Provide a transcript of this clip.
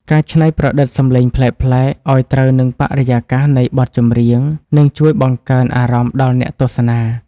ការច្នៃប្រឌិតសំឡេងប្លែកៗឱ្យត្រូវនឹងបរិយាកាសនៃបទចម្រៀងនឹងជួយបង្កើនអារម្មណ៍ដល់អ្នកទស្សនា។